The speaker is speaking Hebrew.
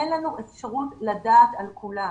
אין לנו אפשרות לדעת על כולם,